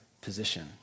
position